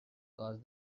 cause